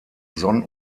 sonn